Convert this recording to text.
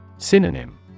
Synonym